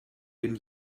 den